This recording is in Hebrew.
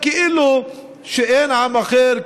כאילו שאין עם אחר,